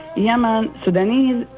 yemen, sudanese,